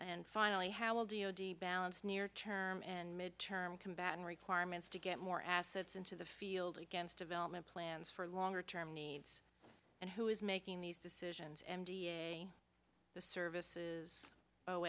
and finally how will d o d balance near term and midterm combat in requirements to get more assets into the field against development plans for longer term needs and who is making these decisions and the services